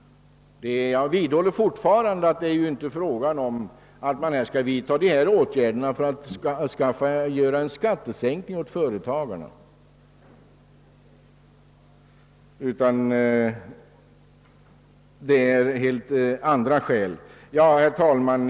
Jag vidhåller fortfarande min uppfattning att de föreslagna åtgärderna inte skall vidtas i avsikt att åstadkomma en skattesänkning för företagarna. Det ligger helt andra skäl bakom.